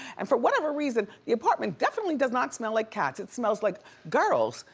and for whatever reason, the apartment definitely does not smell like cats, it smells like girls,